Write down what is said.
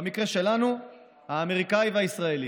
במקרה שלנו האמריקני והישראלי,